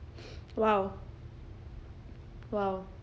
!wow! !wow!